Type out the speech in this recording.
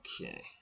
okay